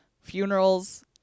funerals